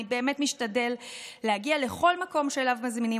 אני באמת משתדל להגיע לכל מקום שאליו מזמינים